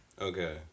Okay